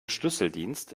schlüsseldienst